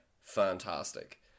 fantastic